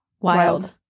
Wild